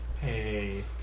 Hey